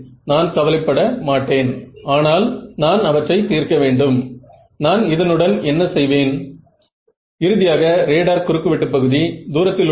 இந்த magnetic drill உடன் நீங்கள் என்ன பெறுவீர்கள்